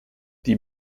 die